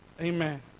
Amen